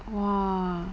!wah!